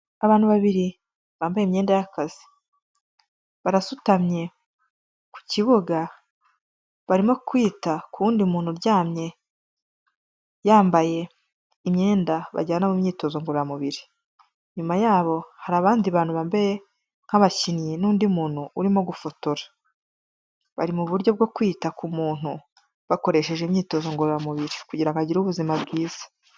Abantu babiri bambaye imyenda y'akazi, barasutamye ku kibuga barimo kwita ku wundi muntu uryamye yambaye imyenda bajyana mu myitozo ngororamubiri. Inyuma yabo hari abandi bantu bambaye nk'abakinnyi n'undi muntu urimo gufotora, bari mu buryo bwo kwita ku muntu bakoresheje imyitozo ngororamubiri kugira ngo agire ubuzima bwiza.